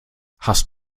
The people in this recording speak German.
hast